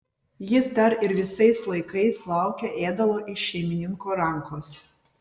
jis dar ir visais laikais laukė ėdalo iš šeimininko rankos